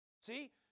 See